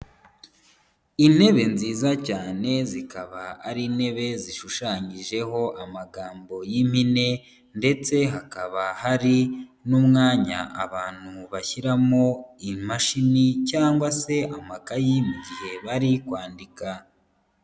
Intebe nziza cyane zikaba ari intebe zishushanyijeho amagambo y'impine ndetse hakaba hari n'umwanya abantu bashyiramo imashini cyangwa se amakayi mu gihe bari kwandika.